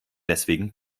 deswegen